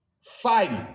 fighting